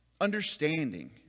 Understanding